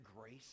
grace